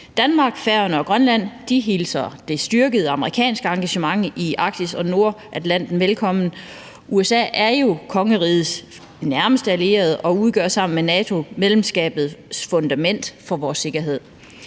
Danmark, Færøerne og Grønland hilser det styrkede amerikanske engagement i Arktis og Nordatlanten velkommen. USA er jo kongerigets nærmeste allierede og udgør sammen med NATO-medlemskabet fundament for vores sikkerhed.